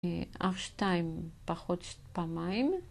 אף שתיים פחות פעמיים.